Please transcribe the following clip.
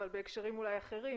אבל בהקשרים אולי אחרים,